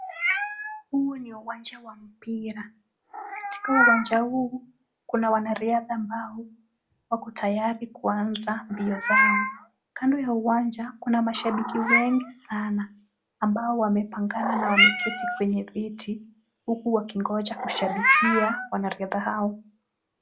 Huu ni uwanja wa mpira, katika uwanja huu kuna wanariadha ambao wako tayari kuanza mbio zao, kandoya uwanja kuna mashabiki wengi sana ambao wamepangana na wameketi kwenye viti, huku wakingoja kushabikia wanariadha hao.